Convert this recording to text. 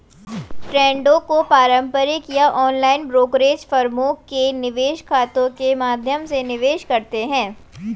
ट्रेडों को पारंपरिक या ऑनलाइन ब्रोकरेज फर्मों के निवेश खातों के माध्यम से निवेश करते है